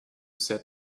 said